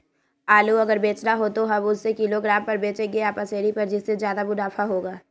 आलू अगर बेचना हो तो हम उससे किलोग्राम पर बचेंगे या पसेरी पर जिससे ज्यादा मुनाफा होगा?